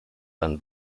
ein